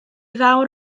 fawr